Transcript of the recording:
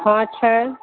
हँ छै